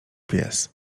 pies